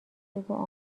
بگو